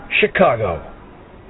Chicago